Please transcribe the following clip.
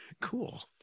Cool